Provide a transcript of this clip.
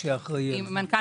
המנכ"ל